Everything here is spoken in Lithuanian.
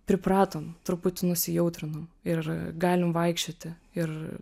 pripratom truputį nusijautrinom ir galim vaikščioti ir